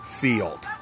field